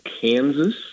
Kansas